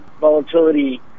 volatility